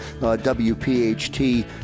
WPHT